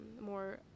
more